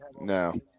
No